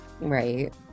Right